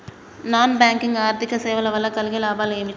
Non bank ఆర్థిక సేవల వల్ల కలిగే లాభాలు ఏమిటి?